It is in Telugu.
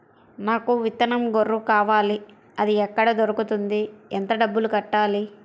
నాకు విత్తనం గొర్రు కావాలి? అది ఎక్కడ దొరుకుతుంది? ఎంత డబ్బులు కట్టాలి?